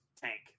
tank